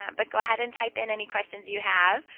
um but go ahead and type in any questions you have,